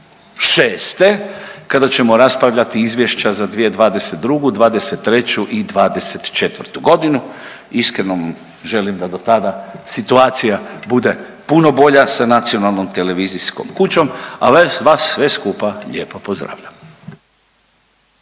2026. kada ćemo raspravljati izvješća za 2022., '23. i '24.g. iskreno želim da do tada situacija bude puno bolja sa nacionalnom televizijskom kućom, a vas sve skupa lijepo pozdravljam.